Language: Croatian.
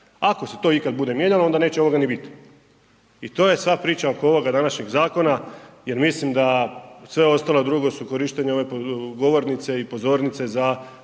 Ako se to ikada bude mijenjalo onda nećemo ga … I to je sva priča oko ovoga današnje zakona jer mislim da sve ostalo drugo su korištenja ove govornice i pozornice za